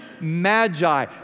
magi